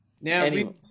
now